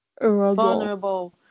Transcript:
Vulnerable